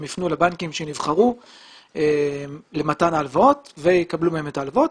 הם יפנו לבנקים שנבחרו למתן הלוואות ויקבלו מהם את ההלוואות,